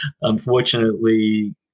Unfortunately